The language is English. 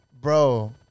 bro